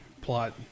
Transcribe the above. plot